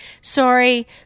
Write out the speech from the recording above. Sorry